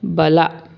ಬಲ